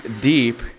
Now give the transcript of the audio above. deep